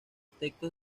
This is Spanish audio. textos